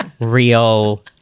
Real